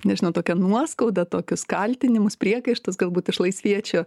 nežinau tokią nuoskaudą tokius kaltinimus priekaištus galbūt iš laisviečių